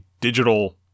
digital